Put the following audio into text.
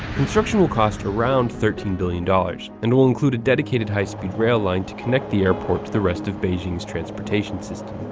construction will cost around thirteen billion dollars, and will include a dedicated high speed rail line to connect the airport to the rest of beijing's transportation system.